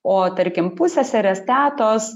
o tarkim pusseserės tetos